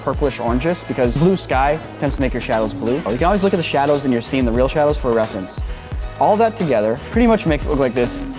purplish oranges. because blue sky tends to make your shadows blue or you can always look at the shadows in your scene the real shadows, for a reference all that together, pretty much makes it look like this.